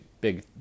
big